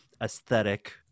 aesthetic